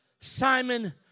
Simon